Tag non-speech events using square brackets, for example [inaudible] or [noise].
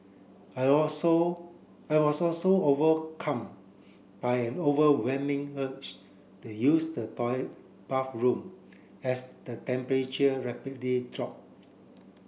I also I was also overcome by an overwhelming urge to use the [unintelligible] bathroom as the temperature rapidly drops